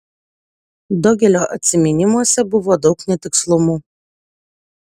dogelio atsiminimuose buvo daug netikslumų